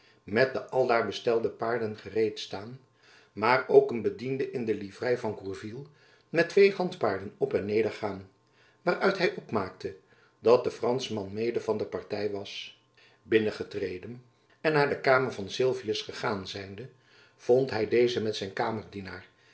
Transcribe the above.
met de aldaar bestelde paarden gereed staan maar ook een bediende in de livrei van gourville met twee handpaarden op en neder gaan waaruit hy opmaakte dat de franschman mede van de party was binnengetreden en naar de kamer van sylvius gegaan zijnde vond hy dezen met zijn